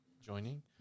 joining